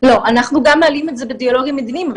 אנחנו גם מעלים את זה בדיאלוגים מדיניים.